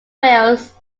whales